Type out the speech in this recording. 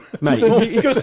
Mate